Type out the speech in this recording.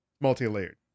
Multi-layered